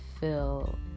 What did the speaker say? feel